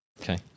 Okay